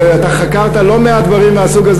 בעברך אתה חקרת לא מעט דברים מהסוג הזה